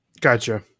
Gotcha